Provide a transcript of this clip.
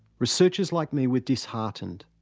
researchers like me were disheartened.